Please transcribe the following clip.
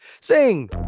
Sing